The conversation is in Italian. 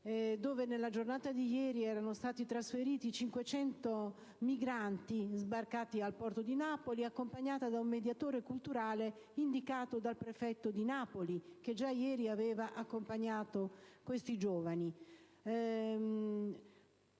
dove nella giornata di ieri sono stati trasferiti 500 migranti sbarcati al porto di Napoli, accompagnata da un mediatore culturale indicato dal prefetto di Napoli, che già ieri aveva accompagnato quei giovani.